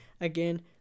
again